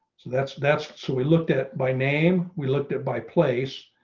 so that's, that's so we looked at by name. we looked at by place.